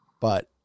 but-